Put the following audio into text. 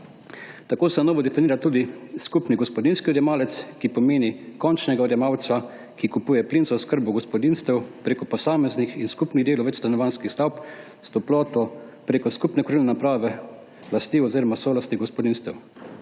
Tako se na novo definira tudi skupni gospodinjski odjemalec, ki pomeni končnega odjemalca, ki kupuje plin za oskrbo gospodinjstev prek posameznih in skupnih delov večstanovanjskih stavb s toploto prek skupne kurilne naprave v lasti oziroma solasti gospodinjstev.